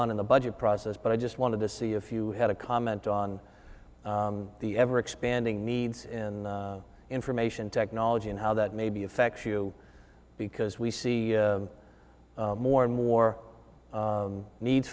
on in the budget process but i just wanted to see if you had a comment on the ever expanding needs and information technology and how that may be affects you because we see more and more need